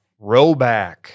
Rowback